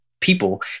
people